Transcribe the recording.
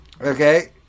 okay